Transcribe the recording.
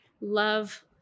love